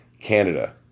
Canada